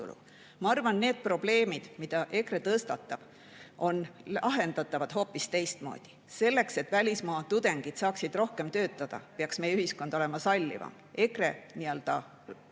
Ma arvan, et need probleemid, mis EKRE on tõstatanud, on lahendatavad hoopis teistmoodi. Selleks, et välismaa tudengid saaksid rohkem töötada, peaks meie ühiskond olema sallivam. EKRE